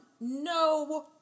No